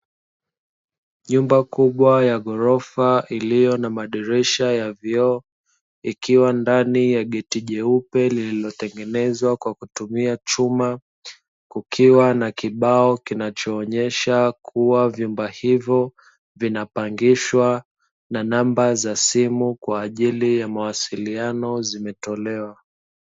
Nyumba kubwa ya ghorofa iliyo na madirisha ya vioo, ikiwa ndani ya geti jeupe lililotengenezwa kwa kutumia chuma, kukiwa na kibao kinachoonyesha kuwa vyumba hivyo vinapangishwa, na namba za simu kwa ajili ya mawasiliano zimetolewa.